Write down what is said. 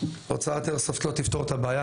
הוצאת איירסופט לא תפתור את הבעיה,